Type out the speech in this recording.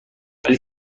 ولی